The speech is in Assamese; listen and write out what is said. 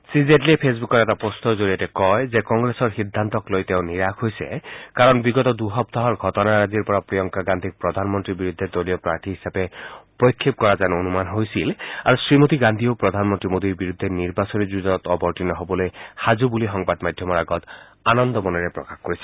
শ্ৰীজেটলীয়ে ফেচবুকৰ এটা পোষ্টৰ জৰিয়তে কয় যে কংগ্ৰেছৰ সিদ্ধান্তক লৈ তেওঁ নিৰাশ হৈ পৰিছে কাৰণ বিগত দুসপ্তাহৰ ঘটনাৰাজিৰ পৰা প্ৰিয়ংকা গান্ধীক প্ৰধানমন্ত্ৰীৰ বিৰুদ্ধে দলীয় প্ৰাৰ্থী হিচাপে প্ৰক্ষেপ কৰা হব যেন অনুমান হৈছিল আৰু শ্ৰীমতী গান্ধীয়েও প্ৰধানমন্ত্ৰী মোদীৰ বিৰুদ্ধে নিৰ্বাচনী যুঁজত অৱতীৰ্ণ হবলৈ সাজু বুলি সংবাদ মাধ্যমৰ আগত আনন্দ মনেৰে প্ৰকাশ কৰিছিল